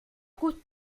gut